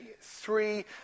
three